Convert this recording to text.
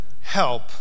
help